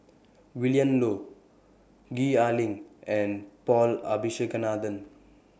Willin Low Gwee Ah Leng and Paul Abisheganaden